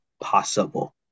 possible